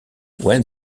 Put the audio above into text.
when